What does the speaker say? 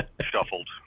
Shuffled